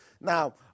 now